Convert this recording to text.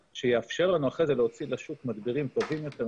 שיאפשרו לנו אחרי זה להוציא לשוק מדבירים טובים יותר,